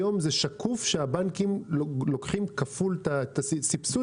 היום שקוף שהבנקים לוקחים כפול את הסבסוד